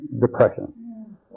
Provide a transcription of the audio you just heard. depression